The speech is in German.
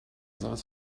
saß